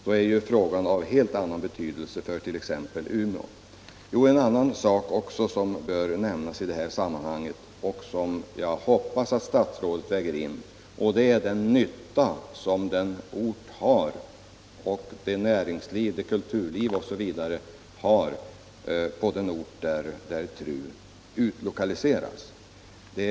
Då är TRU av helt annan betydelse för t.ex. Umeå. En annan sak som också bör nämnas i detta sammanhang och som jag hoppas att statsrådet väger in i prövningen är den nytta som närringslivet, kulturlivet osv. på den ort dit TRU kommer att utlokaliseras kommer att ha av verksamheten.